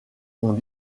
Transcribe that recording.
ont